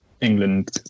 England